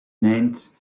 named